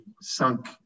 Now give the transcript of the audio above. sunk